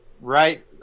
right